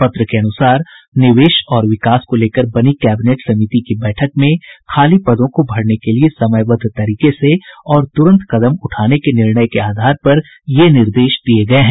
पत्र के अनुसार निवेश और विकास को लेकर बनी कैबिनेट समिति की बैठक में खाली पदों को भरने के लिए समयबद्ध तरीके से और तुरंत कदम उठाने के निर्णय के आधार पर ये निर्देश जारी किये गये हैं